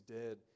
dead